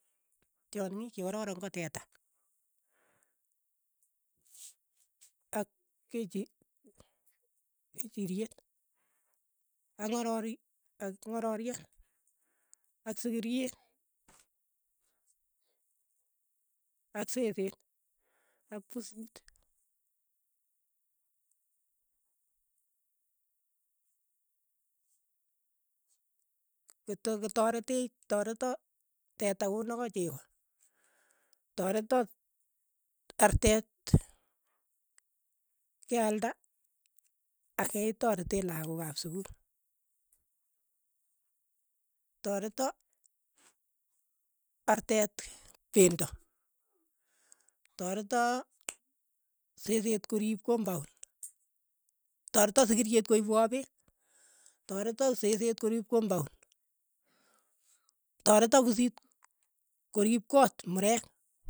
Tyongik che kororon ko teta, ak kechi kechiriet, ak ngororie ak ng'ororiet, ak sikirie, ak seseet, ak pusiit, kete kitareti tareto teta konaka cheko, toreto artet kealda aketarete lakok ap sukul, toreto artet pendo, tareto seseet koriip kompaund, toreto sikiriet koipwa peek, toreto seseet koriip kompaund, toreto puiit koriip koot mureek.